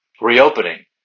Reopening